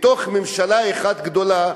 לתוך ממשלה אחת גדולה,